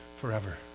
forever